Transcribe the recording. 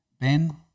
Ben